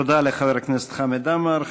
תודה לחבר הכנסת חמד עמאר.